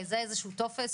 ואולי אפילו עם לוחות זמנים.